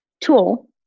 tool